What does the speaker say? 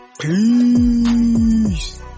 peace